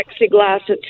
plexiglass